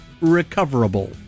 recoverable